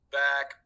back